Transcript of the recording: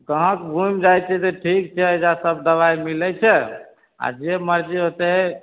ग्राहक घूमि जाइ छै तऽ ठीक छै अइजाँ सब दबाइ मिलै छै आ जे मर्जी होतै